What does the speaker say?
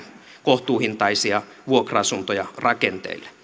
kohtuuhintaisia vuokra asuntoja rakenteille